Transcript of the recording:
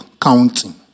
counting